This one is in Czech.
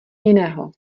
jiného